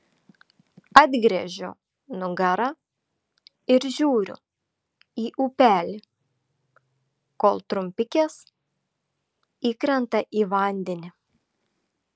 atgręžiu nugarą ir žiūriu į upelį kol trumpikės įkrenta į vandenį